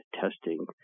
testing